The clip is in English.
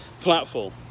platform